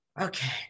okay